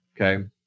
Okay